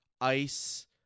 ice